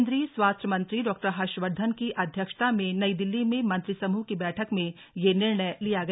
केन्द्रीय स्वास्थ्य मंत्री डॉ हर्षवर्धन की अध्यक्षता में नई दिल्ली में मंत्रिसमूह की बैठक में यह निर्णय लिया गया